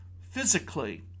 physically